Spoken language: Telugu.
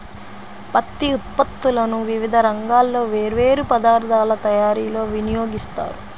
పత్తి ఉత్పత్తులను వివిధ రంగాల్లో వేర్వేరు పదార్ధాల తయారీలో వినియోగిస్తారు